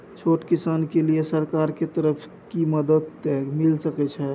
छोट किसान के लिए सरकार के तरफ कि मदद मिल सके छै?